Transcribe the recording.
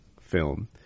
film